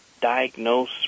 diagnose